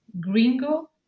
gringo